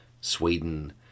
Sweden